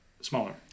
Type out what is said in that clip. smaller